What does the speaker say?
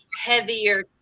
heavier